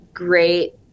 great